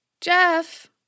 Jeff